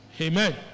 Amen